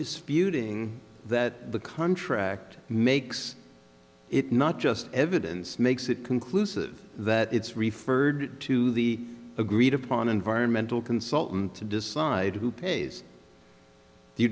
disputing that the contract makes it not just evidence makes it conclusive that it's referred to the agreed upon environmental consultant to decide who pays do